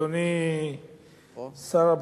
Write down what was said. אדוני השר,